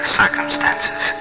circumstances